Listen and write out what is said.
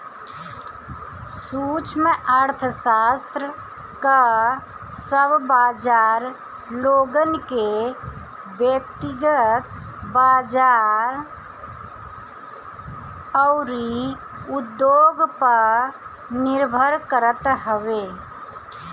सूक्ष्म अर्थशास्त्र कअ सब बाजार लोगन के व्यकतिगत बाजार अउरी उद्योग पअ निर्भर करत हवे